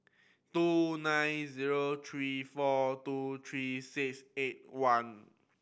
two nine zero three four two three six eight one